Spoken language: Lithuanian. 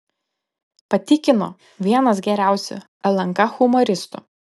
patikino vienas geriausių lnk humoristų